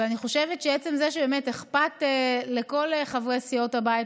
אני חושבת שמעצם זה שבאמת אכפת לכל חברי סיעות הבית,